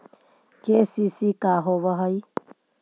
KCC का होव हइ?